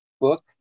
book